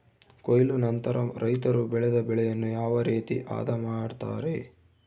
ಕೊಯ್ಲು ನಂತರ ರೈತರು ಬೆಳೆದ ಬೆಳೆಯನ್ನು ಯಾವ ರೇತಿ ಆದ ಮಾಡ್ತಾರೆ?